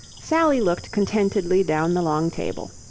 sally looked contentedly down the long table.